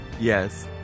Yes